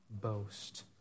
boast